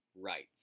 rights